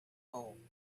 hole